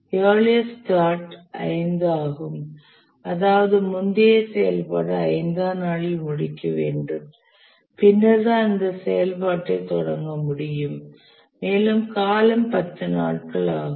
earliest start 5 ஆகும் அதாவது முந்தைய செயல்பாடு 5 ஆம் நாளில் முடிக்க வேண்டும் பின்னர் தான் இந்த செயல்பாட்டை தொடங்க முடியும் மற்றும் காலம் 10 நாட்கள் ஆகும்